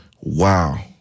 wow